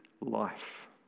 life